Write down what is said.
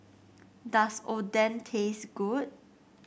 does Oden taste good